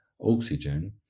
oxygen